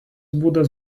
būdas